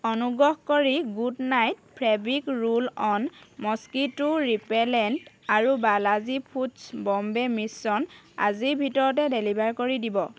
অনুগ্ৰহ কৰি good night fabric roll on mosquito repellent আৰু বালাজী ফুডছ্ বম্বে মিশ্ৰণ আজিৰ ভিতৰতে ডেলিভাৰ কৰি দিব